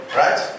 right